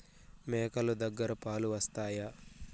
మేక లు దగ్గర పాలు వస్తాయా?